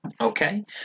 okay